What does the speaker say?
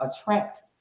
attract